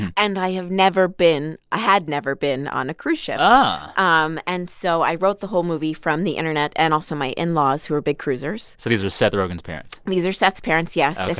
and i have never been i had never been on a cruise ship. but um and so i wrote the whole movie from the internet and also my in-laws, who are big cruisers so these were seth rogen's parents these are seth's parents, yes.